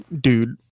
Dude